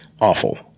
awful